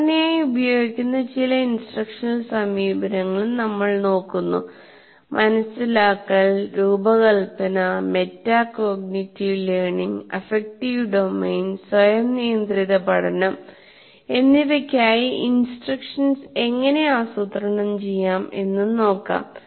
സാധാരണയായി ഉപയോഗിക്കുന്ന ചില ഇൻസ്ട്രക്ഷണൽ സമീപനങ്ങളും നമ്മൾ നോക്കുന്നു മനസിലാക്കൽ രൂപകൽപ്പന മെറ്റാകോഗ്നിറ്റീവ് ലേണിംഗ് അഫക്റ്റീവ് ഡൊമെയ്ൻ സ്വയം നിയന്ത്രിത പഠനം എന്നിവയ്ക്കായി ഇൻസ്ട്രക്ഷൻസ് എങ്ങനെ ആസൂത്രണം ചെയ്യാം എന്നും നോക്കാം